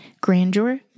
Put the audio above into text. grandeur